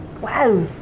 Wow